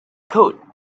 code